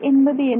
என்பது என்ன